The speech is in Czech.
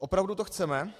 Opravdu to chceme?